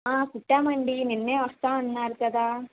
కుట్టామండి నిన్నే వస్తాము అన్నారు కదా